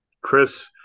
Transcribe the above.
Chris